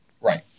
right